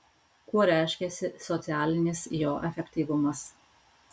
kuo reiškiasi socialinis jo efektyvumas